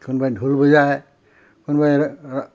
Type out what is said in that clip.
কোনবাই ঢোল বজাই কোনবাই